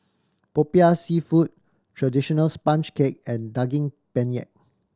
Popiah Seafood traditional sponge cake and Daging Penyet